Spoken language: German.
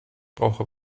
brauche